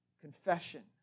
Confession